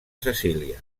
cecília